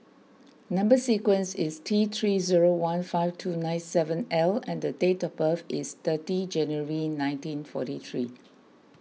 Number Sequence is T three zero one five two nine seven L and the date of birth is thirty January nineteen forty three